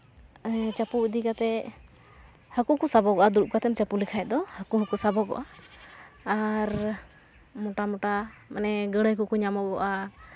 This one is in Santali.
ᱦᱮᱸ ᱪᱟᱯᱚ ᱤᱫᱤ ᱠᱟᱛᱮᱫ ᱦᱟᱹᱠᱩ ᱠᱚ ᱥᱟᱵᱚᱜᱚᱜᱼᱟ ᱫᱩᱲᱩᱵ ᱠᱟᱛᱮᱢ ᱪᱟᱯᱚ ᱞᱮᱠᱷᱟᱡ ᱫᱚ ᱦᱟᱹᱠᱩ ᱦᱚᱸᱠᱚ ᱥᱟᱵᱚᱜᱚᱜᱼᱟ ᱟᱨ ᱢᱳᱴᱟ ᱢᱳᱴᱟ ᱢᱟᱱᱮ ᱜᱟᱹᱲᱟᱹᱭ ᱠᱚᱠᱚ ᱧᱟᱢᱚᱜᱚᱜᱼᱟ